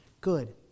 Good